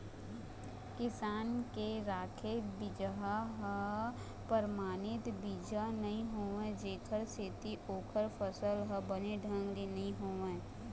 किसान के राखे बिजहा ह परमानित बीजा नइ होवय जेखर सेती ओखर फसल ह बने ढंग ले नइ होवय